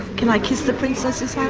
can i kiss the princess's hand?